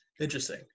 Interesting